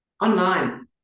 online